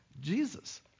Jesus